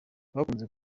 bakunze